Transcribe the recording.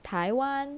台湾